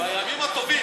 בימים הטובים.